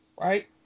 right